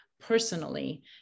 personally